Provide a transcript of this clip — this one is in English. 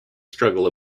struggle